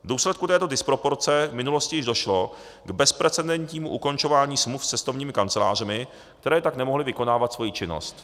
V důsledku této disproporce v minulosti již došlo k bezprecedentnímu ukončování smluv s cestovními kancelářemi, které tak nemohly vykonávat svoji činnost.